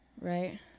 Right